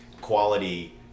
quality